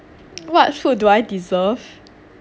what food do I deserve